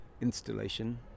installation